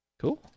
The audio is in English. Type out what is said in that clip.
Cool